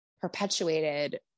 perpetuated